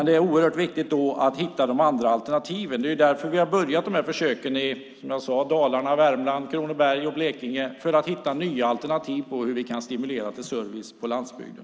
Det är oerhört viktigt att hitta de andra alternativen. Vi har påbörjat de här försöken, som jag sade, i Dalarna, Värmland, Kronoberg och Blekinge för att hitta nya alternativ till hur vi kan stimulera till service på landsbygden.